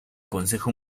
consejo